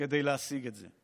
כדי להשיג את זה.